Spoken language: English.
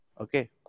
Okay